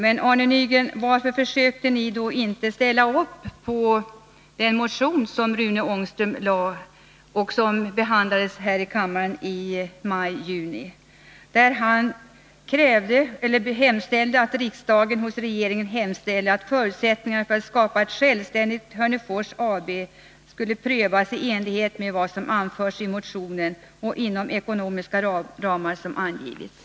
Men, Arne Nygren, varför försökte ni då inte ställa upp för den motion som Rune Ångström väckt och som behandlades i kammaren i maj eller juni? Han yrkade att riksdagen hos regeringen skulle hemställa att förutsättningar för att skapa ett självständigt Hörnefors AB skulle prövas i enlighet med vad som anförts i motionen och inom de ekonomiska ramar som angivits.